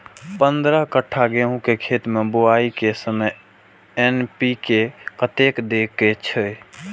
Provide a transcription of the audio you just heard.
पंद्रह कट्ठा गेहूं के खेत मे बुआई के समय एन.पी.के कतेक दे के छे?